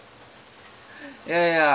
ya ya ya